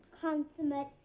Consummate